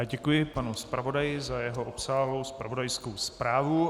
Děkuji panu zpravodaji za jeho obsáhlou zpravodajskou zprávu.